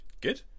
good